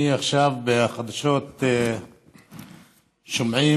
עכשיו בחדשות שומעים,